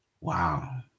Wow